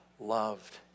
loved